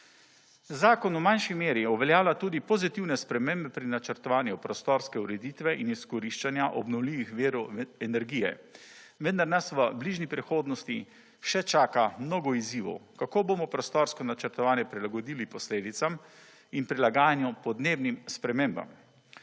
Zakon v manjši meri uveljavlja tudi pozitivne spremembe pri načrtovanju prostorske ureditve in izkoriščanja obnovljivih virov energije, vendar nas v bližnji prihodnosti še čaka mnogo izzivov kako bomo prostorsko načrtovanje prilagodili posledicam in prilagajanju podnebnim spremembam.